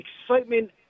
excitement